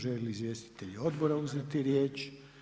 Žele li izvjestitelji odbora uzeti riječ?